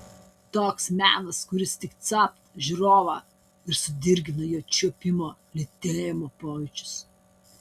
toks menas kuris tik capt žiūrovą ir sudirgina jo čiuopimo lytėjimo pojūčius